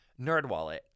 NerdWallet